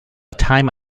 time